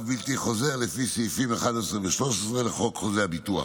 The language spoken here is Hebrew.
בלתי חוזר לפי סעיפים 11 ו-13 לחוק חוזה ביטוח,